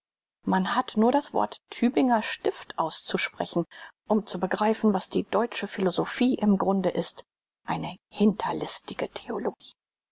man hat nur das wort tübinger stift auszusprechen um zu begreifen was die deutsche philosophie im grunde ist eine hinterlistige theologie